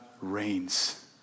reigns